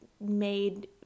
made